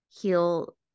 heal